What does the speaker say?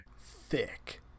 Thick